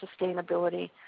sustainability